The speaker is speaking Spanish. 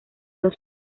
los